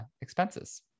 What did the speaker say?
expenses